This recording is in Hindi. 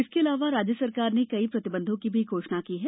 इसके अलावा राज्य सरकार ने कई प्रतिबंधों की भी घोषणा की है